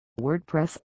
WordPress